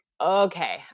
okay